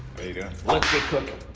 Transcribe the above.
yeah let's get cookin'.